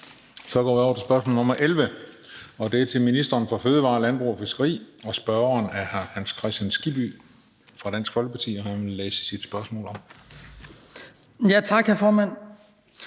Så går vi over til spørgsmål nr. 11, og det er til ministeren for fødevarer, landbrug og fiskeri, og spørgeren er hr. Hans Kristian Skibby fra Dansk Folkeparti. Kl. 14:36 Spm. nr. S 686 (omtrykt)